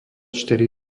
štyri